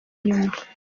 nyuma